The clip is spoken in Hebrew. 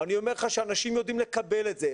ואני אומר לך שאנשים יודעים לקבל את זה.